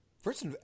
First